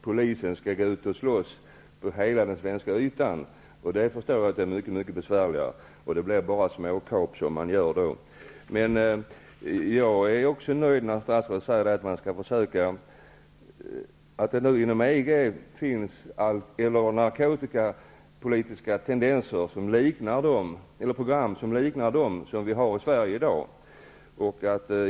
Polisen skall gå ut och slåss på hela den svenska ytan. Jag förstår att det är mycket besvärligare och att det bara blir småkap som man gör. Jag är också nöjd med att statsrådet säger att det nu finns ett narkotikapolitiskt program inom EG som liknar det som vi har i Sverige.